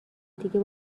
دیگه